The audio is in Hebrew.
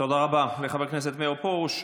תודה רבה לחבר הכנסת מאיר פרוש.